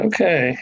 Okay